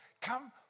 come